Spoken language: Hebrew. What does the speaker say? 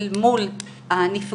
אל מול הנפגעות,